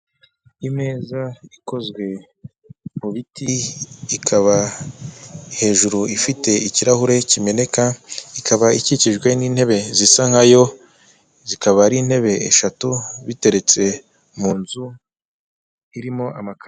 Imeza ikozwe mu biti, ikaba hejuru ifite ikirahure kimeneka, ikaba ikikijwe n'intebe zisa nka yo, zikaba ari intebe eshatu biteretse mu nzu irimo amakaro.